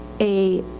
a,